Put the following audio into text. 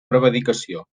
prevaricació